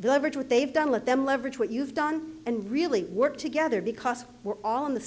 the leverage what they've done let them leverage what you've done and really work together because we're all on the